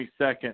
22nd